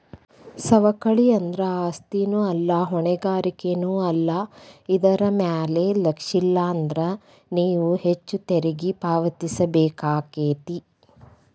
ಸವಕಳಿ ಅಂದ್ರ ಆಸ್ತಿನೂ ಅಲ್ಲಾ ಹೊಣೆಗಾರಿಕೆನೂ ಅಲ್ಲಾ ಇದರ್ ಮ್ಯಾಲೆ ಲಕ್ಷಿಲ್ಲಾನ್ದ್ರ ನೇವು ಹೆಚ್ಚು ತೆರಿಗಿ ಪಾವತಿಸಬೇಕಾಕ್ಕೇತಿ